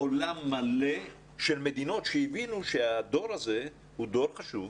עולם מלא של מדינות שהבינו שהדור הזה הוא דור חשוב,